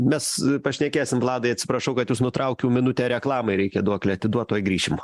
mes pašnekėsim vladai atsiprašau kad jus nutraukiau minutę reklamai reikia duoklę atiduot tuoj grįšim